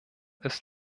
ist